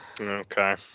Okay